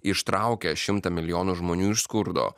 ištraukė šimtą milijonų žmonių iš skurdo